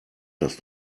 das